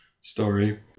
story